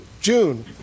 June